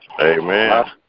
Amen